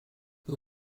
who